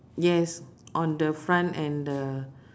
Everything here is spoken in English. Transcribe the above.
yes on the front and the